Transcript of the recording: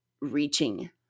reaching